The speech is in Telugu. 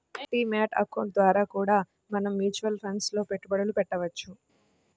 డీ మ్యాట్ అకౌంట్ ద్వారా కూడా మనం మ్యూచువల్ ఫండ్స్ లో పెట్టుబడులు పెట్టవచ్చు